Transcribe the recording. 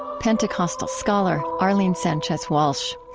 pentecostal scholar arlene sanchez-walsh.